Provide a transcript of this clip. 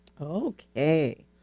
Okay